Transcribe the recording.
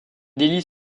délits